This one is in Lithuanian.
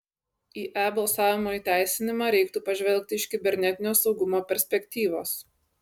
į e balsavimo įteisinimą reiktų pažvelgti iš kibernetinio saugumo perspektyvos